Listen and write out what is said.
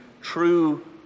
true